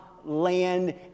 land